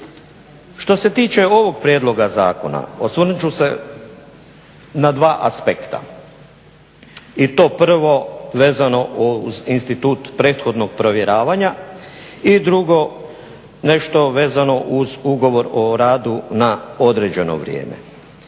Što se tiče ovog prijedloga zakona, osvrnut ću se na dva aspekta i to prvo vezano uz institut prethodnog provjeravanja i drugo, nešto vezano uz ugovor o radu na određeno vrijeme.